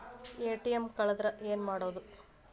ATM ಕಳದ್ರ ಏನು ಮಾಡೋದು?